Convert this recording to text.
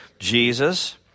Jesus